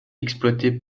exploitée